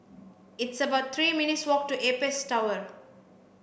it's about three minutes' walk to Apex Tower